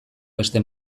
beste